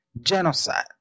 genocide